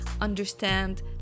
understand